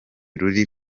ruri